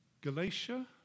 Galatia